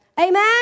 Amen